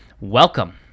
welcome